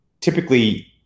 typically